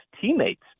teammates